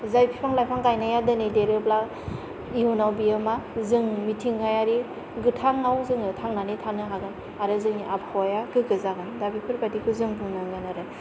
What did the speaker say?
जाय बिफां लाइफां गायनाया दिनै देरोबा इउनाव बियो मा जों मिथिंगायारि गोथां आव थानो हागोन आरो जोंनि आबहावाया गोगो जागोन दा बेफोरबादिखौ जों बुंनांगोन आरो